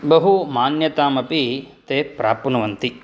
बहुमान्यतामपि ते प्राप्नुवन्ति